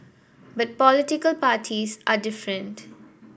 but political parties are different